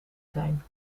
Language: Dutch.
zijn